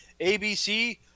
ABC